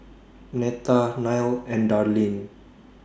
Netta Nile and Darlyne